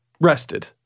Rested